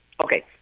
okay